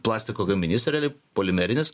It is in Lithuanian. plastiko gaminys realiai polimerinis